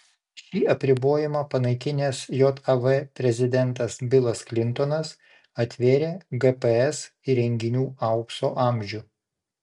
šį apribojimą panaikinęs jav prezidentas bilas klintonas atvėrė gps įrenginių aukso amžių